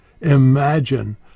Imagine